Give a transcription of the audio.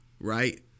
right